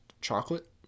chocolate